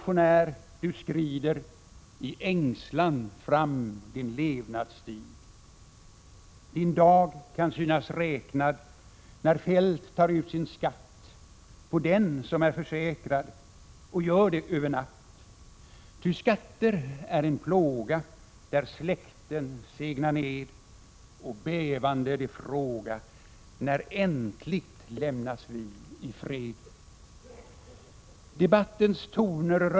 i ängslan fram din levnadsstig! Din dag kan synas räknad När Feldt tar ut sin skatt och gör det över natt. Ty skatter är en plåga, där släkten segna ned, och bävande de fråga: — När äntligt lämnas vi i fred?